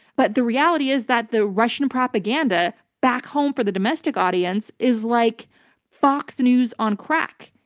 but the reality is that the russian propaganda back home for the domestic audience is like fox news on crack.